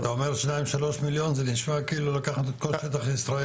אתה אומר 2.3 מיליון זה נשמע כאילו לקחת את כל שטח של ישראל?